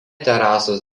terasos